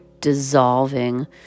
dissolving